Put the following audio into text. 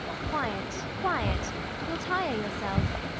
quiet, quiet you'll tire yourself.